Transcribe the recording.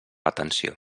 atenció